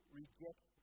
reject